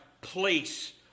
place